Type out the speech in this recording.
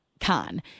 con